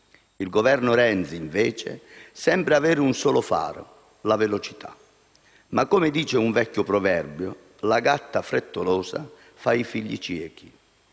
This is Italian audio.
Il Governo Renzi, invece, sembra avere un solo faro: la velocità. Ma, come dice un vecchio proverbio, «la gatta frettolosa fa i figli ciechi».